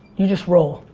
you just roll.